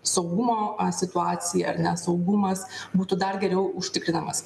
saugumo situacija ar ne saugumas būtų dar geriau užtikrinamas